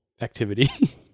activity